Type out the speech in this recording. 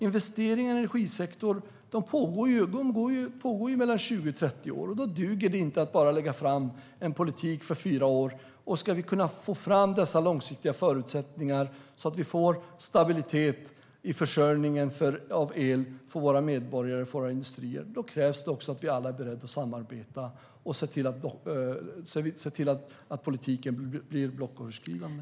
Investeringarna i energisektorn pågår ju 20-30 år, och då duger det inte att bara lägga fram en politik för fyra år. Ska vi kunna få fram dessa långsiktiga förutsättningar, så att vi får stabilitet i försörjningen av el för våra medborgare och industrier, krävs det att vi alla är beredda att samarbeta och se till att politiken blir blocköverskridande.